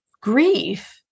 grief